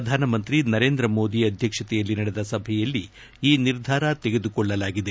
ಪ್ರಧಾನಮಂತ್ರಿ ನರೇಂದ್ರ ಮೋದಿ ಅಧ್ವಕ್ಷತೆಯಲ್ಲಿ ನಡೆದ ಸಭೆಯಲ್ಲಿ ಈ ನಿರ್ಧಾರ ತೆಗೆದುಕೊಳ್ಳಲಾಗಿದೆ